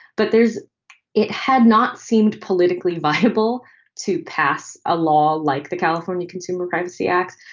but there's it had not seemed politically viable to pass a law like the california consumer privacy act.